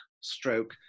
stroke